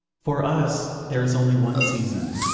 for us there is only one season,